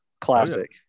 classic